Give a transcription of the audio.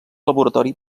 laboratori